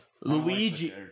Luigi